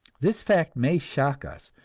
this fact may shock us,